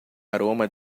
aroma